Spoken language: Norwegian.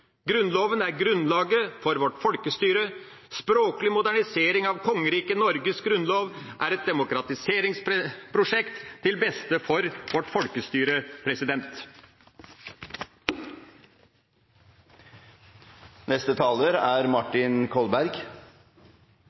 Grunnloven er grunnlaget for vårt folkestyre. Språklig modernisering av Kongeriket Norges grunnlov er et demokratiseringsprosjekt til beste for vårt folkestyre.